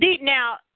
now